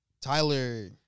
Tyler